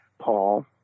Paul